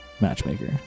Matchmaker